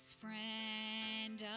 friend